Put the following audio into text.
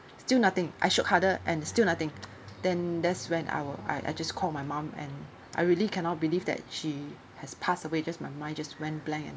still nothing I shook harder and still nothing then that's when I were I I just called my mom and I really cannot believe that she has passed away just my mind just went blank and